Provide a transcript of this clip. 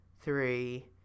three